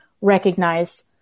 recognize